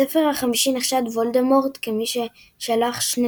בספר החמישי נחשד וולדמורט כמי ששלח שני